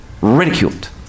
ridiculed